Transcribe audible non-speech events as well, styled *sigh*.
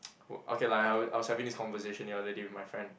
*noise* o~ okay lah I w~ I was having this conversation the other day with my friend